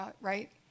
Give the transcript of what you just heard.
right